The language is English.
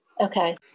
Okay